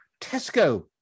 Tesco